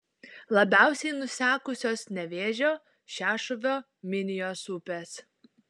labiausiai nusekusios nevėžio šešuvio minijos upės